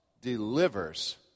delivers